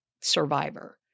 survivor